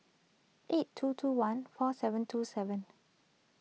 eight two two one four seven two seven